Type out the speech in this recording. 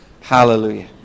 Hallelujah